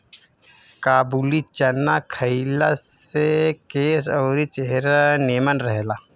काबुली चाना खइला से केस अउरी चेहरा निमन रहेला